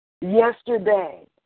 yesterday